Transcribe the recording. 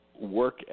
work